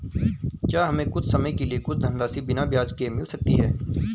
क्या हमें कुछ समय के लिए कुछ धनराशि बिना ब्याज के मिल सकती है?